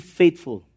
faithful